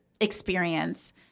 experience